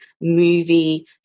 movie